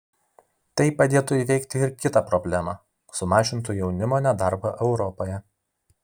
tai padėtų įveikti ir kitą problemą sumažintų jaunimo nedarbą europoje